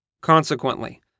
Consequently